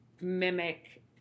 mimic